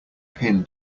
pin